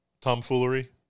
tomfoolery